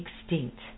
extinct